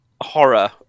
horror